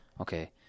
Okay